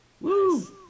Woo